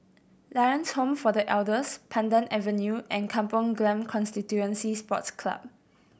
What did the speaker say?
Lions Home for The Elders Pandan Avenue and Kampong Glam Constituency Sports Club